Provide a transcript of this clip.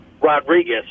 Rodriguez